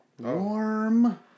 Warm